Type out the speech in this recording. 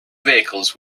vehicles